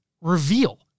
reveal